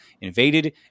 invaded